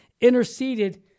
interceded